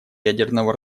ядерного